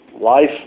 Life